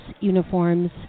uniforms